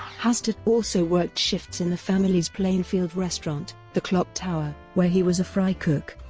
hastert also worked shifts in the family's plainfield restaurant, the clock tower, where he was a fry cook.